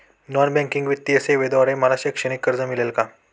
Non banking वित्तीय सेवेद्वारे मला शैक्षणिक कर्ज मिळेल का?